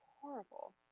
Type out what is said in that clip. horrible